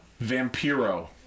Vampiro